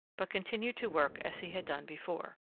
but continued to work as he had done before.